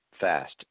fast